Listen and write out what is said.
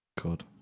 good